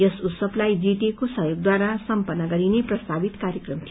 यस उत्सवलाई जीटीएको सहयोगद्वारा सम्पन्न गरिने प्रस्तावित कार्यक्रम थियो